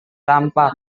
tampak